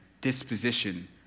disposition